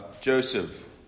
Joseph